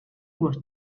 was